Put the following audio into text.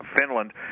Finland